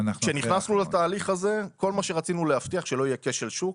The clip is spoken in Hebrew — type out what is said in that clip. כשנכנסנו לתהליך הזה כל מה שרצינו להבטיח הוא שלא יהיה כשל שוק,